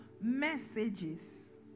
messages